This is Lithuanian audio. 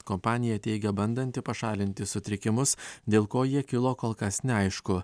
kompanija teigia bandanti pašalinti sutrikimus dėl ko jie kilo kol kas neaišku